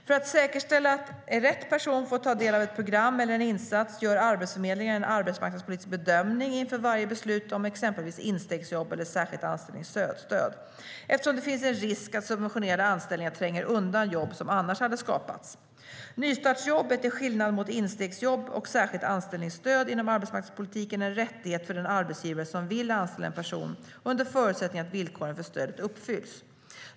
För att säkerställa att rätt person får ta del av ett program eller en insats gör Arbetsförmedlingen en arbetsmarknadspolitisk bedömning inför varje beslut om exempelvis instegsjobb eller särskilt anställningsstöd, eftersom det finns en risk att subventionerade anställningar tränger undan jobb som annars hade skapats. Nystartsjobb är till skillnad från instegsjobb och särskilt anställningsstöd inom arbetsmarknadspolitiken en rättighet för den arbetsgivare som vill anställa en person, under förutsättning att villkoren för stödet uppfylls.